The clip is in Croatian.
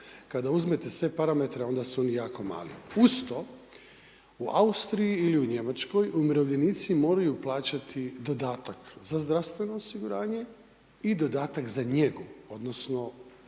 Kada uzmete sve parametre onda su jako mali. Uz to, u Austriji ili u Njemačkoj umirovljenici moraju plaćati dodatak za zdravstveno osiguranje i dodatak za njegu, za